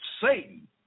Satan